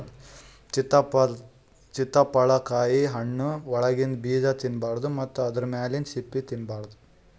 ಚಿತ್ತಪಳಕಾಯಿ ಹಣ್ಣ್ ಒಳಗಿಂದ ಬೀಜಾ ತಿನ್ನಬಾರ್ದು ಮತ್ತ್ ಆದ್ರ ಮ್ಯಾಲಿಂದ್ ಸಿಪ್ಪಿನೂ ತಿನ್ನಬಾರ್ದು